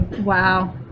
Wow